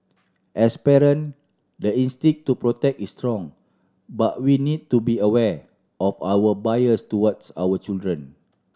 as parent the instinct to protect is strong but we need to be aware of our biases towards our children